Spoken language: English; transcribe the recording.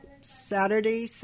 Saturday